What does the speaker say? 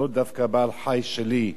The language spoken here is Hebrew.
לא דווקא בעל-חיים שלי,